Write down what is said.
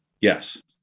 Yes